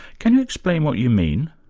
can you explain what you mean?